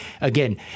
again